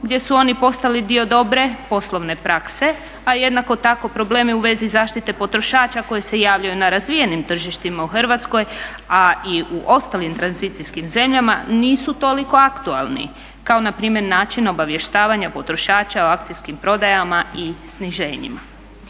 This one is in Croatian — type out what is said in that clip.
gdje su oni postali dio dobre poslovne prakse, a jednako tako problemi u vezi zaštite potrošača koje se javljaju na razvijenim tržištima u Hrvatskoj a i u ostalim tranzicijskim zemljama nisu toliko aktualni kao npr. način obavještavanja potrošača o akcijskim prodajama i sniženjima.